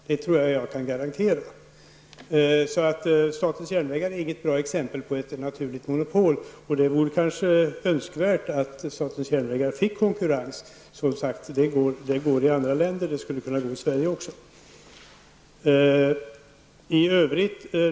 Det tror jag att jag kan garantera. Statens järnvägar är inget bra exempel på ett naturligt monopol. Det vore kanske önskvärt att statens järnvägar fick konkurrens. Det går som sagt i andra länder, och det skulle kunna gå i Sverige också.